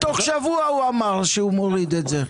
הוא אמר שתוך שבוע הוא מוריד את זה.